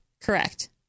Correct